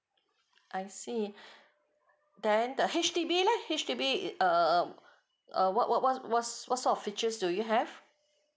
I see then the H_D_B leh H_D_B uh uh what what what what sort of features do you have